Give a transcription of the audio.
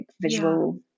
visual